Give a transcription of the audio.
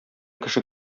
кеше